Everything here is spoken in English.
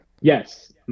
Yes